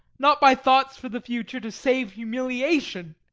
not by thoughts for the future, to save humiliation?